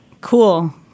Cool